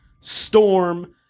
Storm